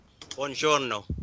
buongiorno